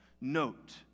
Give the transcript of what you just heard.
note